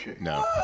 No